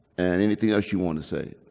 and anything else you want to say?